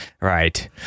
Right